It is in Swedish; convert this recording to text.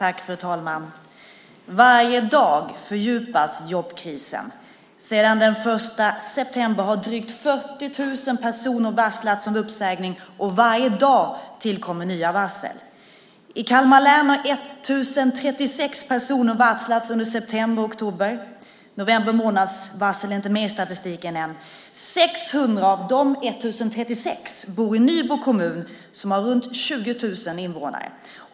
Fru talman! Varje dag fördjupas jobbkrisen. Sedan den 1 september har drygt 40 000 personer varslats om uppsägning, och varje dag tillkommer nya varsel. I Kalmar län har 1 036 personer varslats under september och oktober. November månads varsel är inte med i statistiken än. 600 av de 1 036 bor i Nybro kommun, som har runt 20 000 invånare.